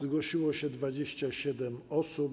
Zgłosiło się 27 osób.